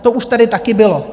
To už tady také bylo.